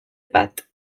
bat